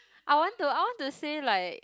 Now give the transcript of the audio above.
I want to I want to say like